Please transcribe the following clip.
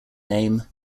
name